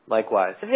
Likewise